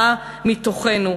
ונבעה מתוכנו.